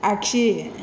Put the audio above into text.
आगसि